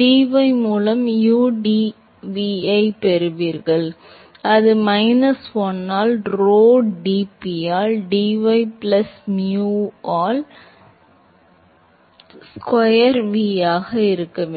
dy மூலம் udv ஐப் பெறுவீர்கள் அது மைனஸ் 1 ஆல் rho dP ஆல் dy பிளஸ் mu ஆல் டெல் ஸ்கொயர் v ஆக இருக்க வேண்டும்